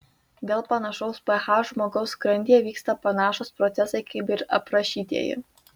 dėl panašaus ph žmogaus skrandyje vyksta panašūs procesai kaip ir aprašytieji